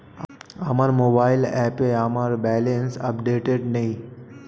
আমার মোবাইল অ্যাপে আমার ব্যালেন্স আপডেটেড নেই